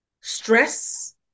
stress